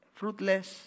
fruitless